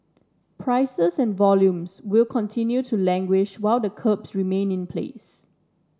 prices and volumes will continue to languish while the curbs remain in place